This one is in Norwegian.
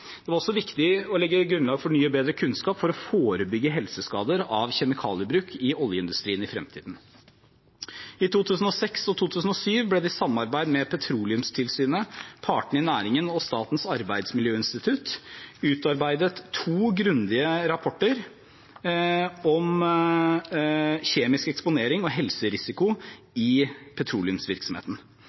Det var også viktig å legge grunnlag for ny og bedre kunnskap for å forebygge helseskader av kjemikaliebruk i oljeindustrien i fremtiden. I 2006 og 2007 ble det i samarbeid med Petroleumstilsynet, partene i næringen og Statens arbeidsmiljøinstitutt utarbeidet to grundige rapporter om kjemisk eksponering og helserisiko i petroleumsvirksomheten.